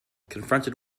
confronted